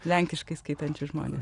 lenkiškai skaitančius žmones